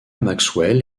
maxwell